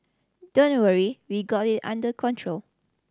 don't worry we've got it under control